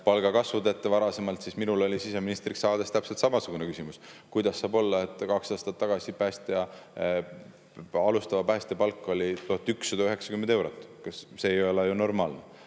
palgakasvud, siis minul oli siseministriks saades täpselt samasugune küsimus: kuidas saab olla, et kaks aastat tagasi oli alustava päästja palk 1190 eurot? See ei ole ju normaalne.